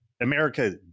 America